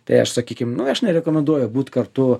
tai aš sakykim nu aš nerekomenduoju būt kartu